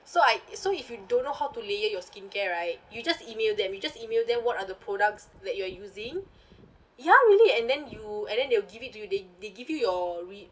so I it's so if you don't know how to layer your skincare right you just email them you just email them what are the products that you are using ya really and then you and then they will give it to you they they give you your